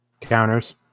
counters